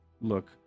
look